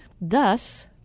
thus